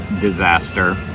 disaster